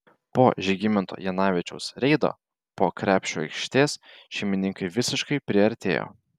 po žygimanto janavičiaus reido po krepšiu aikštės šeimininkai visiškai priartėjo